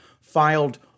filed